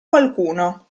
qualcuno